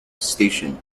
station